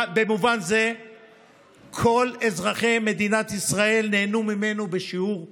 במובן זה כל אזרחי מדינת ישראל נהנו ממנו בשיעור שווה.